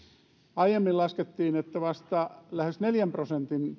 aiemmin laskettiin että vasta lähes neljän prosentin